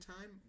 time